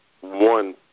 one